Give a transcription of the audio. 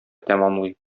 тәмамлый